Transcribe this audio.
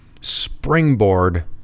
springboard